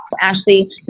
Ashley